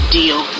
deal